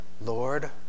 Lord